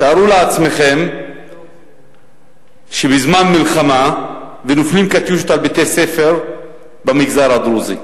תארו לעצמכם שבזמן מלחמה נופלות "קטיושות" על בתי-ספר במגזר הדרוזי.